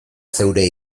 zeure